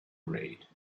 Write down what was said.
read